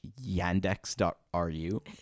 Yandex.ru